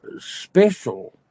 special